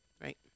Right